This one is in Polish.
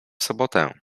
sobotę